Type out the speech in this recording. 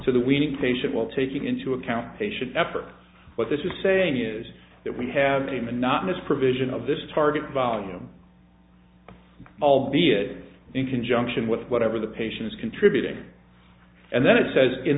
to the weaning patient while taking into account patient effort what this is saying is that we have a monotonous provision of this target volume albeit in conjunction with whatever the patient is contributing and then it says in